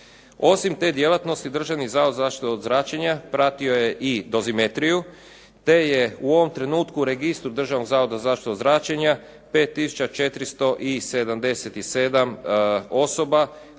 Osim te djelatnosti Državni zavod za zaštitu od zračenja pratio je i dozimetriju te je u ovom trenutku u registru Državnog zavoda za zaštitu od zračenja 5 tisuća